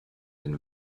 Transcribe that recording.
den